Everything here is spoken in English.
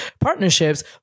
partnerships